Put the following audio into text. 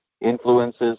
influences